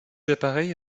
appareils